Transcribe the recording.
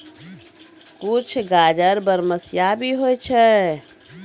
कुछ गाजर बरमसिया भी होय छै